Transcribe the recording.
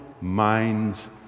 minds